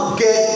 get